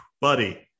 buddy